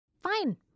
Fine